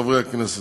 חברי הכנסת,